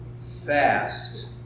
Fast